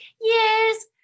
Yes